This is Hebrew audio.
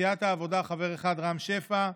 סיעת העבודה, חבר אחד, רם שפע,